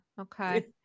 Okay